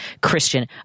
Christian